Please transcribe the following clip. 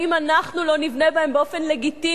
שאם אנחנו לא נבנה בהם באופן לגיטימי